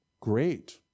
Great